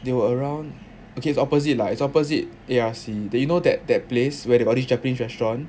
they were around okay it's opposite lah it's opposite A_R_C then you know that that place where they got this japanese restaurant